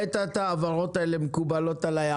לעת עתה ההבהרות האלה מקובלות עלי.